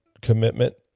commitment